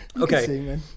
Okay